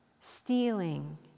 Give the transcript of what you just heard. stealing